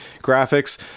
graphics